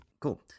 Cool